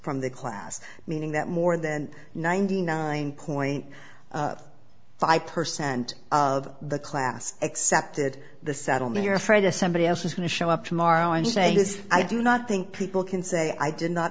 from the class meaning that more than ninety nine point five percent of the class accepted the settlement here afraid to somebody else is going to show up tomorrow and say this i do not think people can say i did not